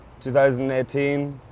2018